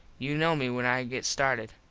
you know me when i get started.